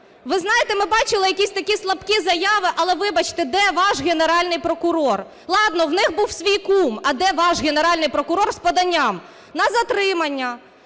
Ви знаєте, ми бачили якісь такі слабкі заяви. Але, вибачте, де ваш Генеральний прокурор? Ладно, в них був свій кум, а де ваш Генеральний прокурор з поданням на затримання?